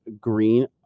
green